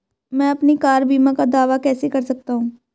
मैं अपनी कार बीमा का दावा कैसे कर सकता हूं?